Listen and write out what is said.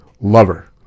Lover